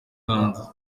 hanze